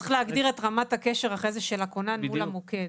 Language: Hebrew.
צריך להגדיר את רמת הקשר אחרי זה של הכונן מול המוקד.